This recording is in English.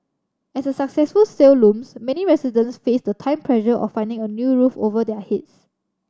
as a successful sale looms many residents face the time pressure of finding a new roof over their heads